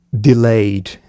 delayed